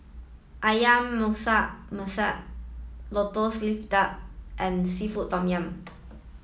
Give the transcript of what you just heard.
Ayam Masak Masak Merah Lotus Leaf duck and Seafood Tom Yum